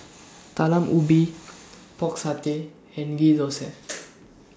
Talam Ubi Pork Satay and Ghee